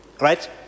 Right